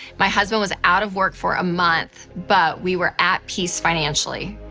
my husband was out of work for ah month, but we were at peace financially.